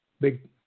big